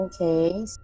okay